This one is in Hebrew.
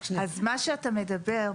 מה שאתה מדבר,